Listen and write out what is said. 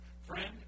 Friend